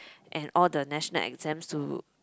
and all the national exams to